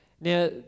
now